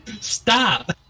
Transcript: Stop